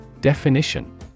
Definition